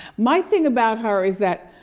my thing about her is that,